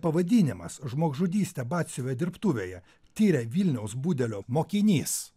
pavadinimas žmogžudystė batsiuvio dirbtuvėje tiria vilniaus budelio mokinys